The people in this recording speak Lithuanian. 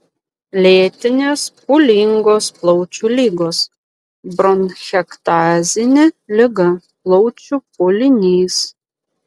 lėtinės pūlingos plaučių ligos bronchektazinė liga plaučių pūlinys